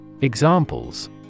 Examples